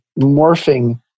morphing